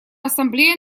ассамблея